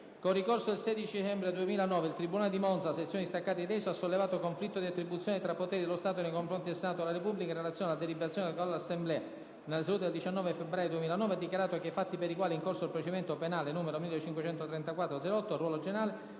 con ricorso del 16 dicembre 2009, il tribunale di Monza, sezione distaccata di Desio, ha sollevato conflitto di attribuzione tra poteri dello Stato nei confronti del Senato della Repubblica in relazione alla deliberazione con la quale l'Assemblea, nella seduta del 19 febbraio 2009, ha dichiarato che i fatti per i quali è in corso il procedimento penale n. 1534/08 RG, pendente